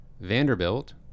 vanderbilt